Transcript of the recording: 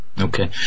Okay